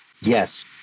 Yes